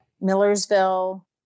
Millersville